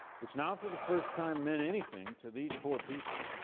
which now for the first time meant anything to these poor people,